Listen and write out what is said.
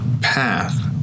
path